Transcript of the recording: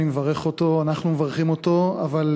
אני מברך אותו, אנחנו מברכים אותו, ב.